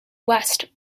west